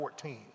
14